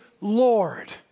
Lord